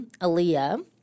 Aaliyah